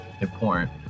important